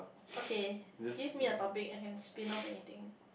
okay give me a topic I can spin off anything